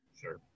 Sure